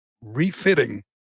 refitting